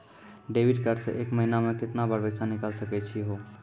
Debit card से एक महीना मा केतना बार पैसा निकल सकै छि हो?